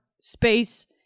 space